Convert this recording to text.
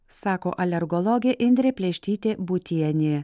sako alergologė indrė pleištytė būtienė